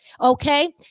Okay